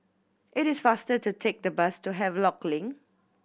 it is faster to take the bus to Havelock Link